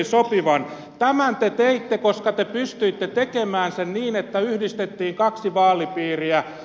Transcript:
tämän te teitte koska te pystyitte tekemään sen niin että yhdistettiin kaksi vaalipiiriä